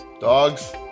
Dogs